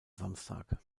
samstag